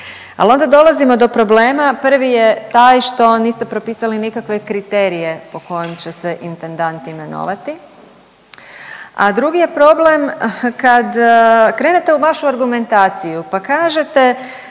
Ali onda dolazimo do problema, prvi je taj što niste propisali nikakve kriterije po kojem će se intendant imenovati, a drugi je problem kad krenete u vašu argumentaciju pa kažete